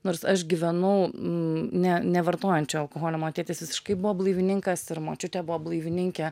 nors aš gyvenau n ne nevartojančių alkoholio mano tėtis visiškai buvo blaivininkas ir močiutė buvo blaivininkė